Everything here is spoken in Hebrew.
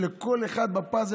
וכל אחד,